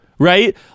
Right